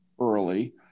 early